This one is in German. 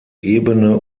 ebene